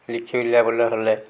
লিখি উলিয়াবলৈ হ'লে